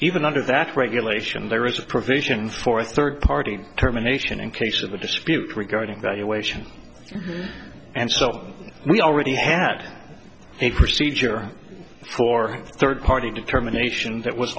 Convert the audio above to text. even under that regulation there is a provision for a third party terminations in case of a dispute regarding valuation and so we already had a procedure for third party determination that was